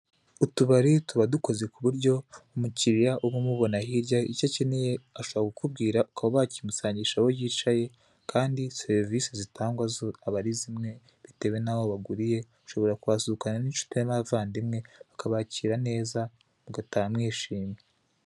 Utubari tuba dukoze kuburyo umukiriya uba umubona hirya icyo akeneye ashobora kukubwira ukaba wakimusangisha aho yicaye kandi servise zitangwa zo aba ari zimwe bitewe naho waguriye ushborakuhasohokana n'inshuti zawe n'abavandimwe mugataha mwishimye.